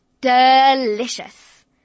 Delicious